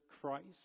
Christ